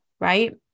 right